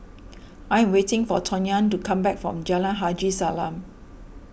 I'm waiting for Tonya to come back from Jalan Haji Salam